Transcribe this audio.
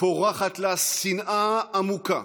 פורחת לה שנאה עמוקה